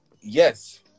yes